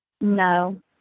No